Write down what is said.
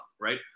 Right